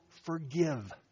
forgive